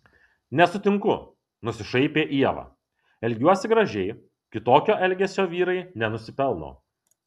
nesutinku nusišaipė ieva elgiuosi gražiai kitokio elgesio vyrai nenusipelno